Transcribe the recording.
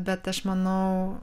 bet aš manau